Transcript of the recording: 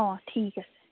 অঁ ঠিক আছে